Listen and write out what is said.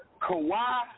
Kawhi